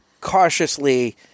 cautiously